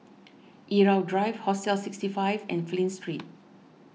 Irau Drive Hostel sixty five and Flint Street